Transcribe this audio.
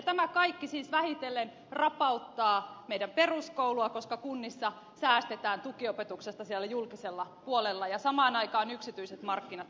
tämä kaikki siis vähitellen rapauttaa meidän peruskoulua koska kunnissa säästetään tukiopetuksesta siellä julkisella puolella ja samaan aikaan yksityiset markkinat kehittyvät